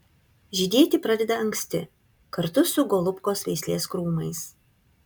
žydėti pradeda anksti kartu su golubkos veislės krūmais